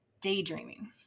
daydreaming